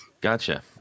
Gotcha